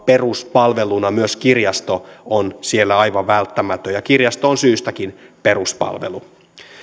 peruspalveluna myös kirjasto on siellä aivan välttämätön ja kirjasto on syystäkin peruspalvelu